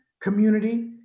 community